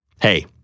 Hey